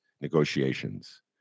negotiations